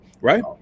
right